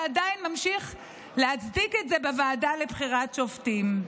ועדיין ממשיך להצדיק את זה בוועדה לבחירת שופטים.